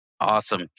Awesome